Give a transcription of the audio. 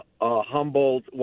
Humboldt